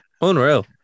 Unreal